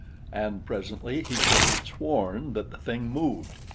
and presently he could have sworn that the thing moved.